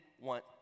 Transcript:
want